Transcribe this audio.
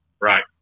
Right